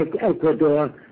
Ecuador